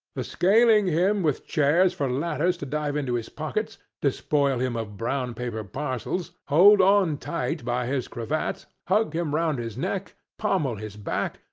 the scaling him with chairs for ladders to dive into his pockets, despoil him of brown-paper parcels, hold on tight by his cravat, hug him round his neck, pommel his back,